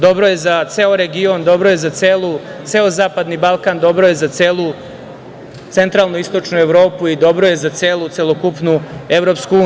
Dobro je za ceo region, dobro je za ceo Zapadni Balkan, dobro je za celu Centralnu i Istočnu Evropu i dobro je za celu celokupnu EU.